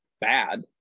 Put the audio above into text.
bad